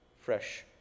fresh